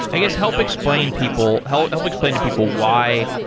i guess help explain people help help explain to people why,